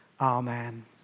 Amen